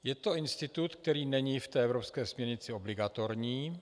Je to institut, který není v té evropské směrnici obligatorní.